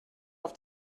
auf